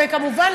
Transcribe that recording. וכמובן,